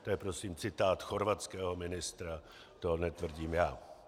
To je prosím citát chorvatského ministra, to netvrdím já.